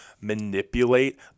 manipulate